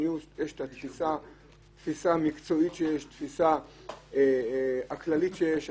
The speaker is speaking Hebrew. אנחנו מקשיבים מאוד, תתפלאי.